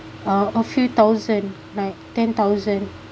a a few thousand like ten thousand